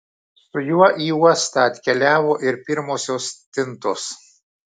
su juo į uostą atkeliavo ir pirmosios stintos